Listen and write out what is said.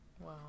Wow